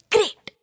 Great